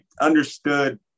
understood